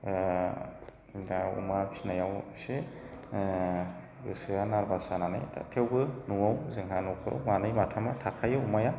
दा अमा फिसिनायाव एसे गोसोआ नारभास जानानै दा थेवबो न'आव जोंहा न'खराव मानै माथामा थाखायो अमाया